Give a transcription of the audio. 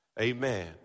Amen